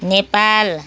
Nepal